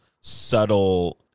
subtle